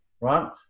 right